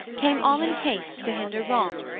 came all in haste to hinder wrong,